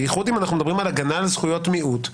בייחוד אם אנחנו מדברים על הגנה על זכויות מיעוט,